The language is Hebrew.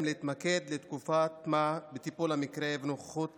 להתמקד לתקופת מה בטיפול במקרה ונוכחות